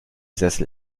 sessel